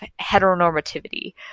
heteronormativity